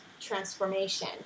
transformation